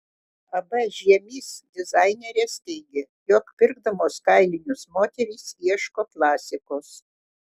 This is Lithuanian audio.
ab žiemys dizainerės teigė jog pirkdamos kailinius moterys ieško klasikos